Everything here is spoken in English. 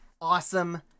awesome